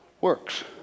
works